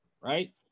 right